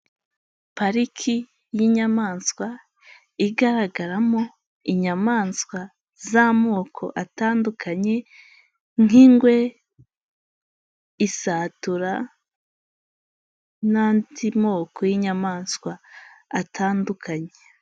Pariki y'inyamaswa igaragaramo inyamaswa z'amoko atandukanye nk'ingwe, isatura n'andi moko y'inyamaswa atandukanye.